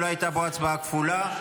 לא הייתה פה הצבעה כפולה,